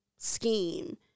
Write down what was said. scheme